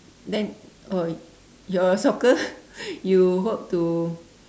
then oh your soccer you hope to